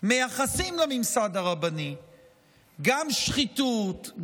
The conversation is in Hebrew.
מייחסים לממסד הרבני גם שחיתות,